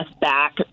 back